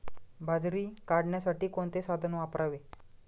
बाजरी काढण्यासाठी कोणते साधन वापरावे?